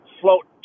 float